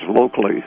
locally